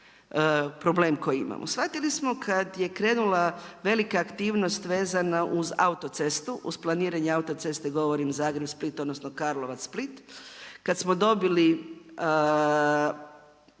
problem koji imamo? Shvatili smo kad je krenula velika aktivnost vezana uz autocestu, uz planiranje autoceste govorim Zagreb - Split, odnosno Karlovac – Split. Kad smo dobili